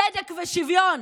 צדק ושוויון?